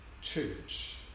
church